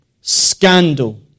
scandal